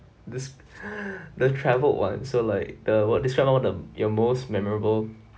this the travelled [one] so like the what describe one of the your most memorable